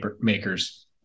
makers